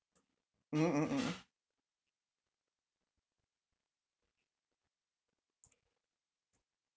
mmhmm mmhmm mmhmm mmhmm